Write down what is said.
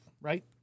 right